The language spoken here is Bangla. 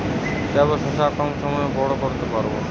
কিভাবে শশা কম সময়ে বড় করতে পারব?